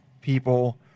people